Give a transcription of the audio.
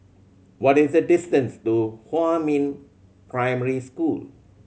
what is the distance to Huamin Primary School